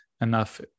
enough